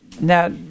Now